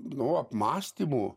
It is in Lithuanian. nu apmąstymų